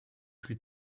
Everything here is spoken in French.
plus